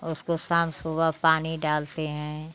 उसको शाम सुबह पानी डालते हैं